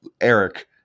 Eric